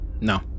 No